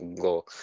go